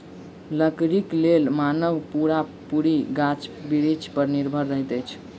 लकड़ीक लेल मानव पूरा पूरी गाछ बिरिछ पर निर्भर रहैत अछि